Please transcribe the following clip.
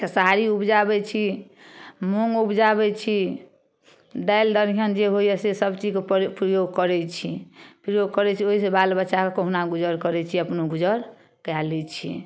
खेसारी उपजाबै छी मूँग उपजाबै छी दालि दलिहन जे होइए से सब चीजके प्रयोग करै छी प्रयोग करै छी ओइसँ बाल बच्चाके कहुना गुजर करै छी अपनो गुजर कए लै छी